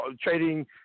trading